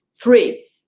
Three